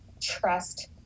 trust